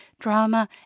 drama